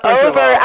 over